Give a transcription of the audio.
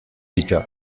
bittor